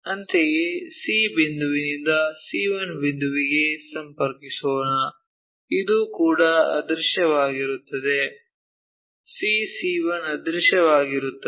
ಅಂತೆಯೇ C ಬಿಂದುವಿನಿಂದ C 1 ಬಿಂದುವಿಗೆ ಸಂಪರ್ಕಿಸೋಣ ಇದು ಕೂಡ ಅದೃಶ್ಯವಾಗಿರುತ್ತದೆ C C 1 ಅದೃಶ್ಯವಾಗಿರುತ್ತದೆ